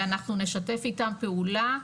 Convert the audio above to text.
ואנחנו נשתף איתם פעולה,